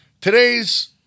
Today's